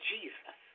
Jesus